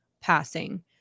passing